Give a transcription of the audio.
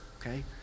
okay